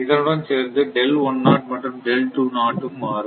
இதனுடன் சேர்ந்து மற்றும் மாறும்